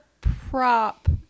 prop